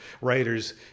writers